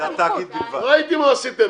ראיתי מה עשיתם